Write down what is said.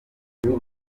inama